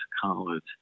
college